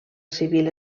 civil